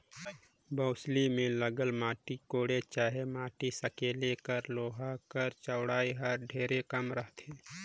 बउसली मे लगल माटी कोड़े चहे माटी सकेले कर लोहा कर चउड़ई हर ढेरे कम रहथे